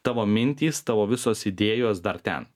tavo mintys tavo visos idėjos dar ten